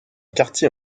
quartier